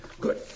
Good